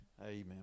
amen